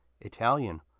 Italian